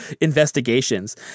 investigations